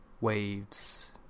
waves